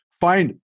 find